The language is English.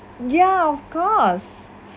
ya of course